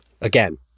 Again